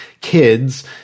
kids